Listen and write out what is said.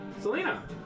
Selena